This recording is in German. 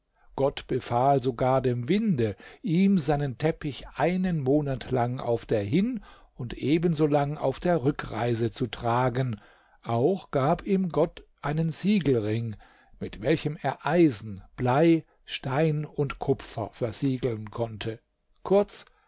gott befahl sogar dem winde ihm seinen teppich einen monat lang auf der hin und ebensolang auf der rückreise zu tragen auch gab ihm gott einen siegelring mit welchem er eisen blei stein und kupfer versiegeln konnte kurz